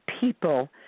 people